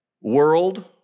world